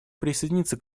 присоединиться